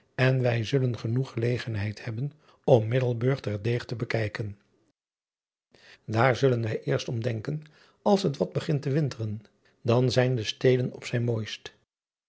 en wij zullen genoeg gelegenheid hebben om iddelburg ter deeg te bekijken driaan oosjes zn et leven van illegonda uisman aar zullen wij eerst om denken als het wat begint te winteren dan zijn de steden op zijn mooist